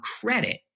credit